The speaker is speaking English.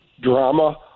drama